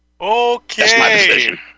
Okay